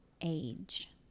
age